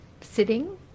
sitting